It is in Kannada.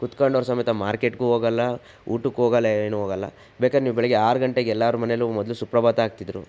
ಕೂತ್ಕೊಂಡವ್ರ ಸಮೇತ ಮಾರ್ಕೆಟ್ಗೂ ಹೋಗಲ್ಲ ಊಟಕ್ಕೂ ಹೋಗಲ್ಲ ಏನು ಹೋಗಲ್ಲ ಬೇಕಾದ್ರೆ ನೀವು ಬೆಳಗ್ಗೆ ಆರು ಗಂಟೆಗೆ ಎಲ್ಲರ ಮನೇಲು ಮೊದಲು ಸುಪ್ರಭಾತ ಹಾಕ್ತಿದ್ರು